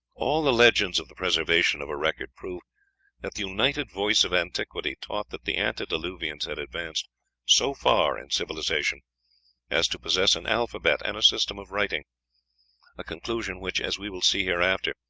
all the legends of the preservation of a record prove that the united voice of antiquity taught that the antediluvians had advanced so far in civilization as to possess an alphabet and a system of writing a conclusion which, as we will see hereafter,